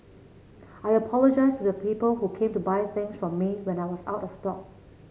I apologize to the people who came to buy things from me when I was out of stock